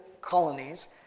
colonies